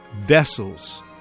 vessels